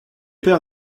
père